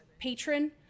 patron